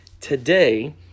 today